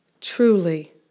truly